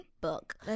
book